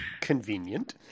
Convenient